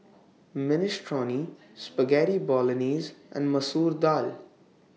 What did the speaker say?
Minestrone Spaghetti Bolognese and Masoor Dal